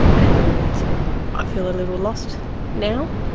and i feel a little lost now.